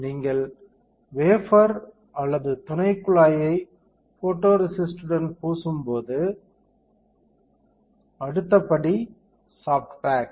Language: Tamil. நீங்கள் வேஃபர் அல்லது துணைக்குழாயை ஃபோட்டோரேசிஸ்டுடன் பூசும்போது அடுத்த படி சாஃப்ட் பேக்